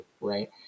right